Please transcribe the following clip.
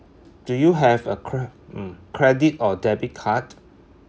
do you have a cre~ mm credit or debit card